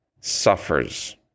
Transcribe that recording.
suffers